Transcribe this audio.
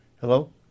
Hello